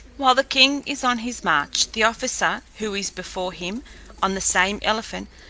while the king is on his march, the officer, who is before him on the same elephant,